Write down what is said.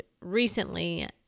recently